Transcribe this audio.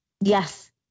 yes